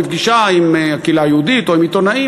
בפגישה עם הקהילה היהודית או עם עיתונאים,